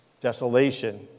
desolation